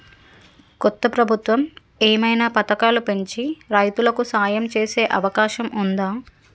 కొత్త ప్రభుత్వం ఏమైనా పథకాలు పెంచి రైతులకు సాయం చేసే అవకాశం ఉందా?